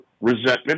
resentment